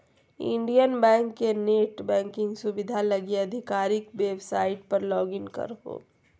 Indian bank के net banking सुविधा लगी आधिकारिक वेबसाइट पर लॉगिन करहो